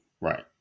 right